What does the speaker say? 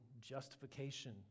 justification